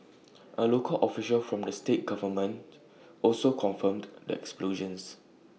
A local official from the state government also confirmed the explosions